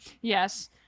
Yes